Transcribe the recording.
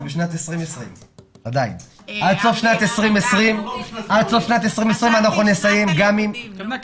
אנחנו בשנת 2020. עד סוף שנת 2020 אנחנו נסיים גם עם